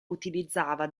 utilizzava